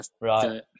right